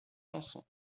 chanson